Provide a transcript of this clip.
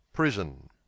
Prison